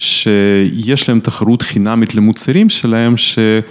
שיש להם תחרות חינמית למוצרים שלהם ש...